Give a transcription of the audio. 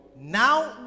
now